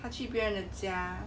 他去别人的家